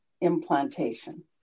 implantation